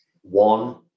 one